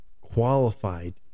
qualified